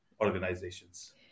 Organizations